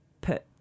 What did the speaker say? put